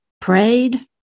prayed